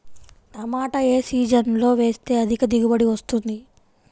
టమాటా ఏ సీజన్లో వేస్తే అధిక దిగుబడి వస్తుంది?